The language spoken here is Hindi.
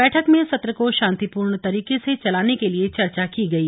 बैठक में सत्र को शांतिपूर्ण तरीके से चलाने के लिए चर्चा की गई